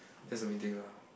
there's a meeting lah